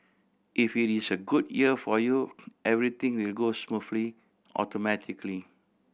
if it is a good year for you everything will go smoothly automatically